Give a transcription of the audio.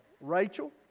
Rachel